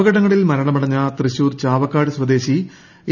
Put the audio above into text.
അപകടങ്ങളിൽ മരണമടഞ്ഞ തൃശൂർ ചാവക്കാട് സ്വദേശി എ